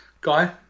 guy